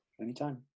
Anytime